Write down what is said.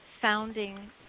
founding